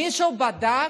מישהו בדק?